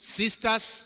sisters